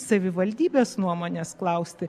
savivaldybės nuomonės klausti